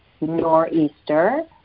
nor'easter